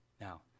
Now